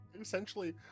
Essentially